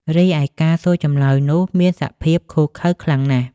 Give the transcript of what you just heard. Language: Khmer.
រីឯការសួរចម្លើយនោះមានសភាពឃោរឃៅខ្លាំងណាស់។